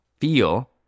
feel